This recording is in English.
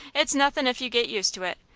it's nothin' if you get used to it.